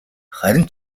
харин